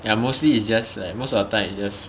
ya mostly it's just like most of the time it's just